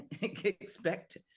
expect